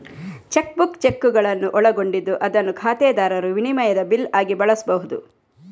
check book ಚೆಕ್ಕುಗಳನ್ನು ಒಳಗೊಂಡಿದ್ದು ಅದನ್ನು ಖಾತೆದಾರರು ವಿನಿಮಯದ ಬಿಲ್ ಆಗಿ ಬಳಸ್ಬಹುದು